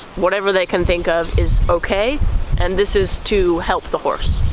whatever they can think of is okay and this is to help the horse.